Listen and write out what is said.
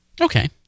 Okay